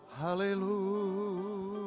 Hallelujah